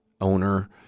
owner